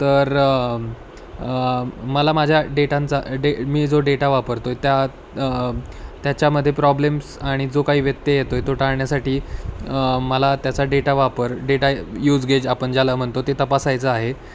तर मला माझ्या डेटांचा डे मी जो डेटा वापरतो आहे त्या त्याच्यामध्ये प्रॉब्लेम्स आणि जो काही व्यत्यय येतो आहे तो टाळण्यासाठी मला त्याचा डेटा वापर डेटा युजगेज आपण ज्याला म्हणतो ते तपासायचं आहे